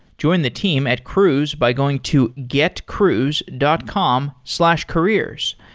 join the team at cruise by going to getcruise dot com slash careers.